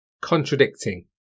contradicting